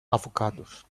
avocados